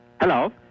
Hello